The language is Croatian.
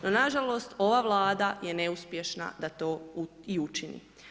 No nažalost, ova Vlada je neuspješno da to i učini.